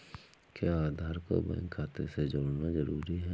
क्या आधार को बैंक खाते से जोड़ना जरूरी है?